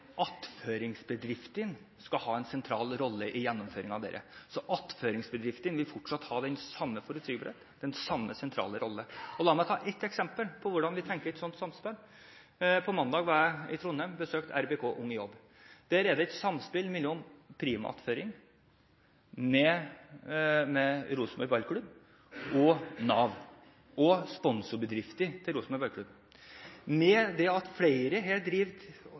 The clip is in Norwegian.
skal ha en sentral rolle i gjennomføringen av dette. Attføringsbedriftene vil fortsatt ha den samme forutsigbarhet, den samme sentrale rolle. La meg ta ett eksempel på hvordan vi tenker oss et slikt samspill. Mandag var jeg i Trondheim og besøkte «RBK – ung i jobb». Der er det et samspill mellom Prima, Rosenborg Ballklubb, Nav og sponsorbedriftene til Rosenborg Ballklubb. Ved at flere